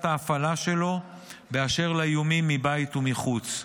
ההפעלה שלו באשר לאיומים מבית ומחוץ,